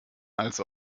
als